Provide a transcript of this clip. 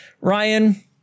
ryan